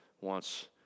wants